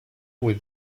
with